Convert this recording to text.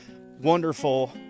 wonderful